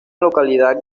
localidad